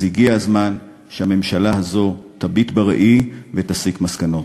אז הגיע הזמן שהממשלה הזו תביט בראי ותסיק מסקנות.